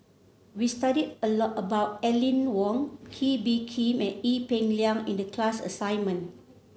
we studied a lot about Aline Wong Kee Bee Khim and Ee Peng Liang in the class assignment